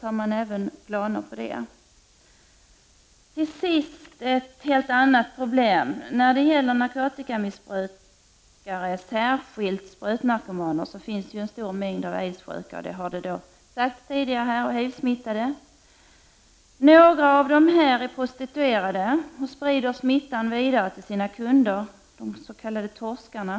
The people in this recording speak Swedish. Till sist vill jag gå in på ett helt annat problem. Bland narkotikamissbrukare, och särskilt då bland sprutnarkomaner, finns en stor mängd aidssjuka och HIV-smittade. Detta har tidigare påpekats här. Några av dessa narkomaner är prostituerade, och de sprider smittan vidare till sina kunder, de s.k. torskarna.